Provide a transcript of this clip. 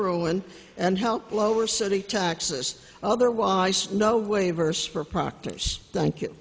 ruin and help lower city taxes otherwise no waivers for proctor's thank you